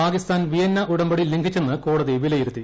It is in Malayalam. പാകിസ്ഥാൻ വിയന്ന ഉടമ്പടി ലംഘിച്ചെന്ന് കോടതി വിലയിരുത്തി